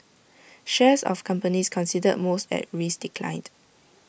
shares of companies considered most at risk declined